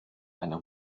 einer